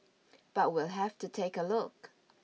but we'll have to take a look